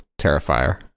Terrifier